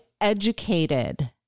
educated